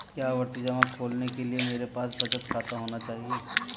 क्या आवर्ती जमा खोलने के लिए मेरे पास बचत खाता होना चाहिए?